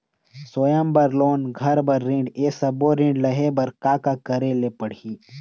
स्वयं बर लोन, घर बर ऋण, ये सब्बो ऋण लहे बर का का करे ले पड़ही?